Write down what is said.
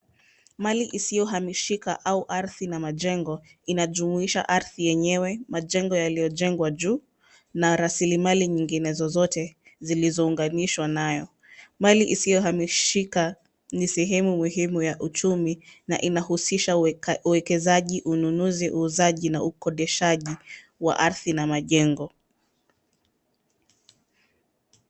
Mali isiyohamishika au ardhi na majengo, inajumuisha ardhi yenyewe, majengo yaliyojengwa juu, na rasilimali nyinginezo zote zilizounganishwa nayo. Mali isiyohamishika ni sehemu muhimu ya uchumi na inahusisha uwekezaji, ununuzi, uuzaji na ukodishaji wa ardhi na majengo.